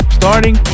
starting